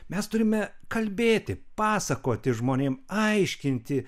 mes turime kalbėti pasakoti žmonėm aiškinti